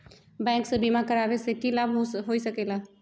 Bank से बिमा करावे से की लाभ होई सकेला?